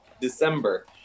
December